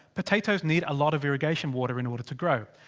potatoes need a lot of irrigation water in order to grow.